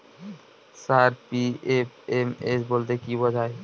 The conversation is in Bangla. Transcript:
স্যার পি.এফ.এম.এস বলতে কি বোঝায়?